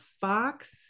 Fox